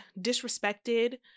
disrespected